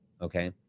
okay